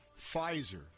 Pfizer